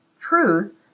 Truth